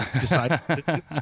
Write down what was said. decide